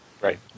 Right